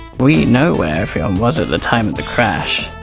we know where everyone was at the time of the crash,